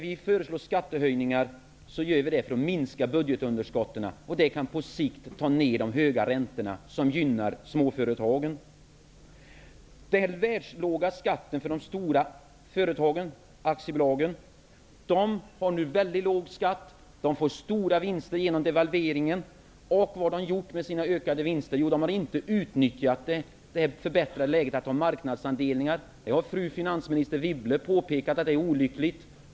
Vi föreslår skattehöjningar för att minska budgetunderskottet, vilket på sikt kan sänka de höga räntorna. Det gynnar småföretagen. De stora aktiebolagen har nu väldigt låg skatt -- världslåg. Deras vinster är stora tack vare devalveringen. Men vad har företagen gjort med sina ökade vinster? Ja, de har inte utnyttjat det förbättrade läget med att ta marknadsandelar. Fru finansminister Anne Wibble har påpekat att det är olyckligt.